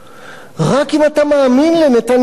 רק אם אתה מאמין לנתניהו אתה מפחד.